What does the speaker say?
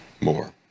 more